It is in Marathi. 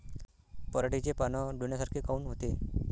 पराटीचे पानं डोन्यासारखे काऊन होते?